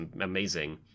amazing